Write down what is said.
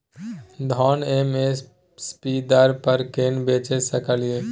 धान M S P दर पर केना बेच सकलियै?